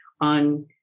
on